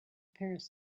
paris